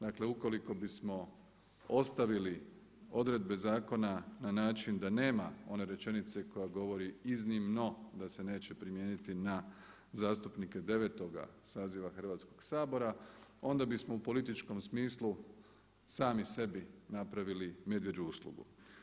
Dakle ukoliko bismo ostavili odredbe zakona na način da nema one rečenice koja govori iznimno da se neće primijeniti na zastupnike 9. saziva Hrvatskoga sabora onda bismo u političkom smislu sami sebi napravili medvjeđu uslugu.